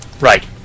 Right